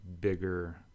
bigger